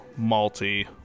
malty